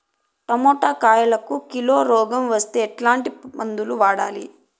Tomato కాయలకు కిలో రోగం వస్తే ఎట్లాంటి మందులు వాడాలి?